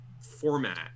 format